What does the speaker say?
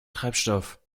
treibstoff